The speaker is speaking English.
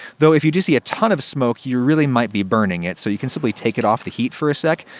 though if you do see a ton of smoke, you really might be burning it, so you can take it off the heat for a sec.